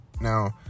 Now